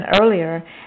earlier